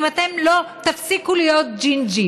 אם אתם לא תפסיקו להיות ג'ינג'ים,